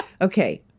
Okay